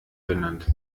benannt